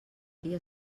dia